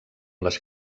les